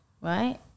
right